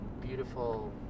beautiful